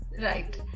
right